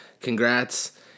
Congrats